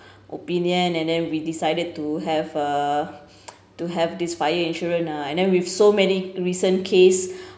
opinion and then we decided to have uh to have this fire insurance ah and then with so many recent case